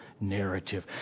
narrative